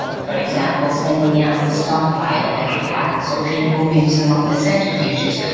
for example sending out the stockpile that it has or removing some of the centrifuges.